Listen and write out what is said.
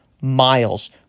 miles